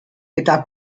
eta